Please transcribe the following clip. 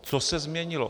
Co se změnilo?